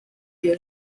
iyo